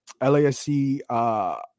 LASC –